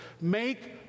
Make